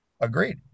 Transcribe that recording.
Agreed